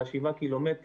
של השבעה ק"מ,